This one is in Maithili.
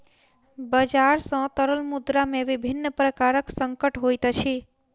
बजार सॅ तरल मुद्रा में विभिन्न प्रकारक संकट होइत अछि